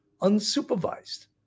unsupervised